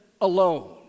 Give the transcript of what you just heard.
alone